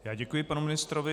Já děkuji panu ministrovi.